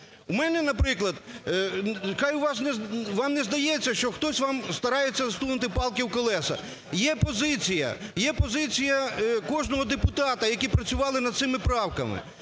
У мене, наприклад, нехай вам не здається, що хтось вам старається всунути палки в колеса. Є позиція, є позиція кожного депутата, які працювали над цими правками.